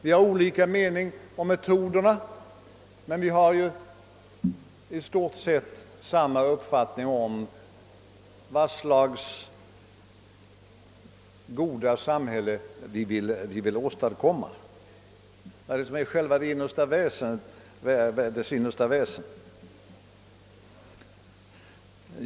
Vi har olika mening om metoderna, men vi har ju i stort sett samma uppfattning om vad för slags goda samhälle vi vill åstadkomma och vad som skall vara dess innersta väsen.